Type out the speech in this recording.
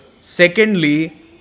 Secondly